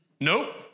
Nope